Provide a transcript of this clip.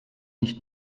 nicht